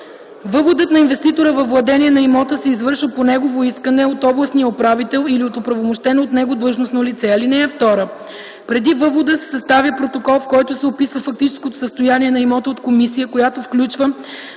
Въводът на инвеститора във владение на имота се извършва по негово искане от областния управител или от оправомощено от него длъжностно лице. (2) Преди въвода се съставя протокол, в който се описва фактическото състояние на имота от комисия, която включва